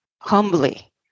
humbly